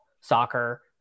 soccer